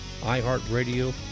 iHeartRadio